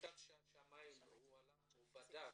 השמאי הלך ובדק,